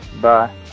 bye